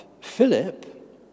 Philip